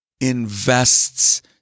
invests